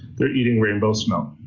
they're eating rainbow smelt.